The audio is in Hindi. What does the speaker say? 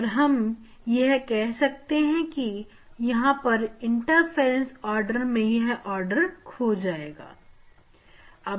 और हम यह कह सकते हैं कि यहां पर इंटरफ्रेंस ऑर्डर में यह ऑर्डर खो गया है